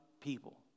people